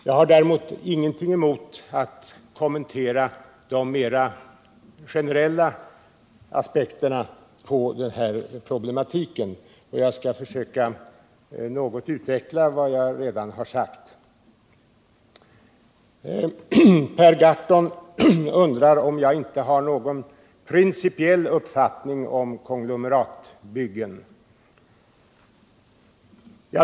Jag har emellertid ingenting emot att kommentera de mera generella aspekterna på den här problematiken, och jag skall försöka att något utveckla vad jag redan har sagt. Per Gahrton undrar om jag inte har någon principiell uppfattning om konglomeratbyggen.